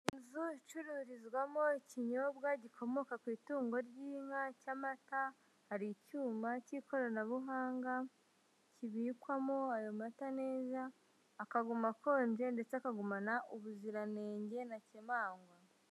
Inzu icururizwamo ikinyobwa gikomoka ku itungo ry'inka cy'amata, hari icyuma cy'ikoranabuhanga kibikwamo ayo mata neza akaguma akonje ndetse akagumana ubuziranenge ntakemangwa.